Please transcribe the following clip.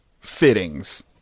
fittings